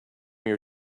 your